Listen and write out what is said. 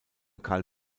karl